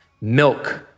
milk